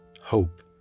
Hope